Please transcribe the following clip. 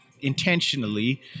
intentionally